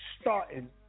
starting